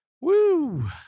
Woo